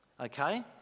okay